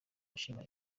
nshima